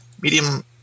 Medium